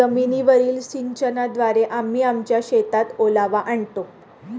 जमीनीवरील सिंचनाद्वारे आम्ही आमच्या शेतात ओलावा आणतो